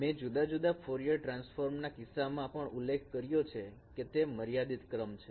મેં જુદા જુદા ફોરિયર ટ્રાન્સફોર્મર ના કિસ્સામાં પણ ઉલ્લેખ કર્યો છે કે તે મર્યાદિત ક્રમ છે